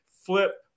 flip